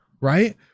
right